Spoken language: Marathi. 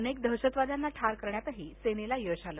अनेक दहशतवाद्याना ठार करण्यात सेनेला यश आलं